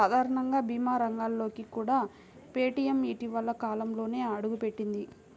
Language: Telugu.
సాధారణ భీమా రంగంలోకి కూడా పేటీఎం ఇటీవలి కాలంలోనే అడుగుపెట్టింది